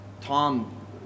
Tom